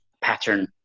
pattern